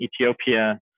Ethiopia